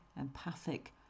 empathic